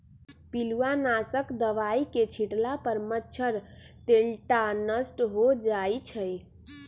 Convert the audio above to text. पिलुआ नाशक दवाई के छिट्ला पर मच्छर, तेलट्टा नष्ट हो जाइ छइ